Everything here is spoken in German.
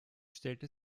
stellte